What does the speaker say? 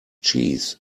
cheese